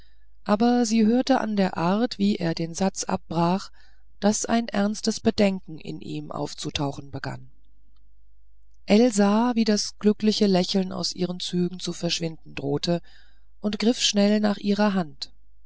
aber sie hörte an der art wie er den satz abbrach daß ein ernstes bedenken in ihm aufzutauchen begann ell sah wie das glückliche lächeln aus ihren zügen zu verschwinden drohte und er griff schnell nach ihrer hand